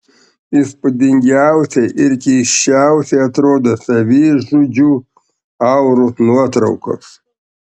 įspūdingiausiai ir keisčiausiai atrodo savižudžių aurų nuotraukos